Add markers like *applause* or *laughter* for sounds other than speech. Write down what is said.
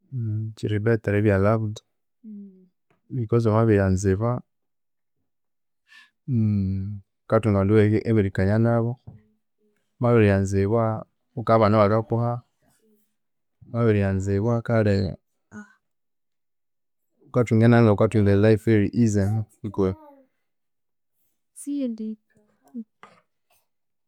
Kyiri better eribya loved because wamabiryanzibwa, *hesitation* wukathunga abande aberi aberikania nabu. Wamabiryanzibwa wukabana abakakuha. Wamabiryanzibwa kale wukathunga elife eyiri easy *hesitation* *noise*